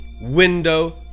window